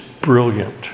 brilliant